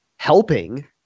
helping